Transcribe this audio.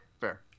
fair